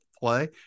play